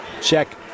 check